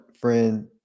friend